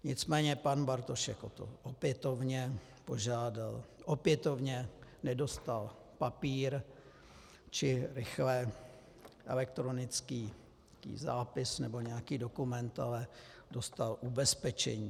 Nicméně pan Bartošek potom opětovně požádal, opětovně nedostal papír či rychle elektronický zápis nebo nějaký dokument, ale dostal ubezpečení.